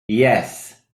yes